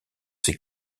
ses